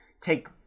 take